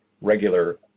regular